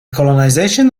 colonization